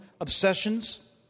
obsessions